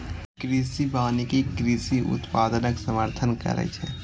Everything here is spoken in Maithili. कृषि वानिकी कृषि उत्पादनक समर्थन करै छै